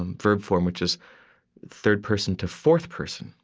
and verb form, which is third person to fourth person.